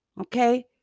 Okay